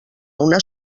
una